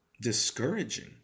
discouraging